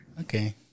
Okay